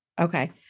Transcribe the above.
Okay